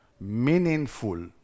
meaningful